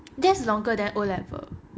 that's longer than O level